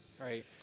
right